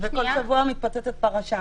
וכל שבוע מתפוצצת פרשה.